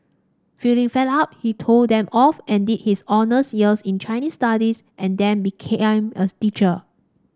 feeling fed up he told them off and did his honours year in Chinese Studies and then became a teacher